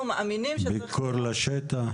מה עם ביקורי שטח?